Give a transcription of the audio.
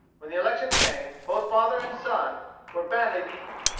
when the election came, both father and son were badly beaten.